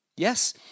Yes